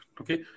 okay